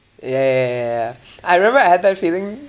ya ya ya ya ya I remember I had that feeling